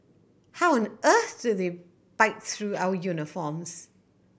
how on earth do they bite through our uniforms